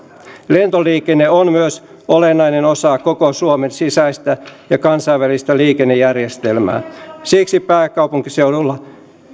lentoliikenne on myös olennainen osa koko suomen sisäistä ja kansainvälistä liikennejärjestelmää siksi sekä pääkaupunkiseudulla